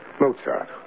Mozart